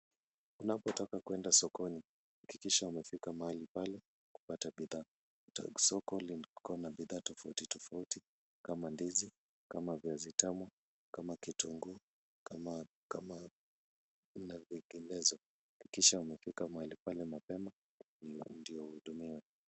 Unapotoka kwenda sokoni hakikisha umefika mahali pale kupata bidhaa. Soko liko na bidhaa tofauti tofauti kama ndizi kama viazi tamu kama vitunguu kama kama na vinginezo. Hakikisha umefika mahali pale mapema ndio utahudumiwa.